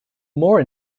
more